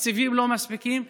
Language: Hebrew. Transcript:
התקציבים לא מספיקים,